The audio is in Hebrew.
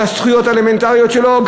על הזכויות האלמנטריות שלו,